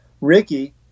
Ricky